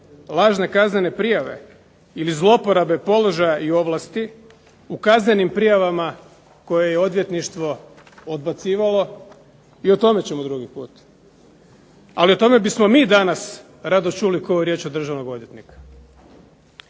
lažne kaznene prijave ili zlouporabe položaja i ovlasti u kaznenim prijavama koje je odvjetništvo odbacivalo i o tome ćemo drugi put. Ali, o tome bismo mi danas rado čuli koju riječ od državnog odvjetnika.